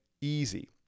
easy